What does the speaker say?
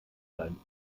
seinen